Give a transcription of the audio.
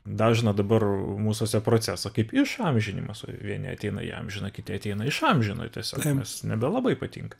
dažną dabar mūsuose procesą kaip iš amžinimas vieni ateina įamžina kiti ateina išamžina tiesiog nes nebelabai patinka